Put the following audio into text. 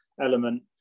element